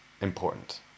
important